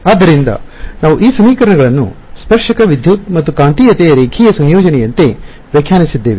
ಆದ್ದರಿಂದ ನಾವು ಈ ಸಮೀಕರಣಗಳನ್ನು ಸ್ಪರ್ಶಕ ವಿದ್ಯುತ್ ಮತ್ತು ಕಾಂತೀಯತೆಯ ರೇಖೀಯ ಸಂಯೋಜನೆಯಂತೆ ವ್ಯಾಖ್ಯಾನಿಸಿದ್ದೇವೆ